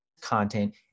content